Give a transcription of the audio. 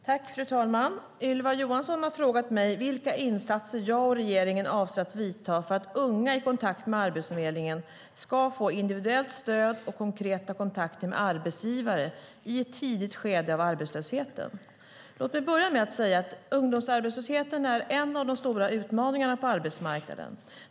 Fru talman! Ylva Johansson har frågat mig vilka insatser jag och regeringen avser att vidta för att unga i kontakt med Arbetsförmedlingen ska få individuellt stöd och konkreta kontakter med arbetsgivare i ett tidigt skede av arbetslösheten. Låt mig börja med att säga att ungdomsarbetslösheten är en av de stora utmaningarna på arbetsmarknaden.